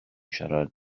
siarad